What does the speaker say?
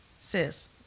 sis